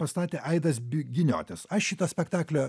pastatė aidas giniotis aš šito spektaklio